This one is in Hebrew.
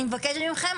אני מבקשת מכם,